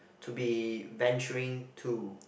to be venturing to